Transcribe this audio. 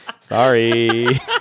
sorry